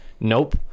Nope